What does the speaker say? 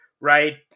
right